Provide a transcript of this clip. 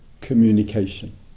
communication